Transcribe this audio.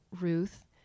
Ruth